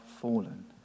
fallen